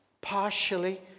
Partially